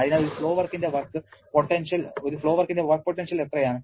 അതിനാൽ ഒരു ഫ്ലോ വർക്കിന്റെ വർക്ക് പൊട്ടൻഷ്യൽ എത്രയാണ്